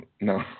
no